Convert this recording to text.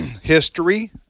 history